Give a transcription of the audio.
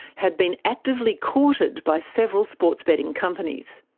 had been actively courted by several sports betting companies.